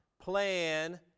plan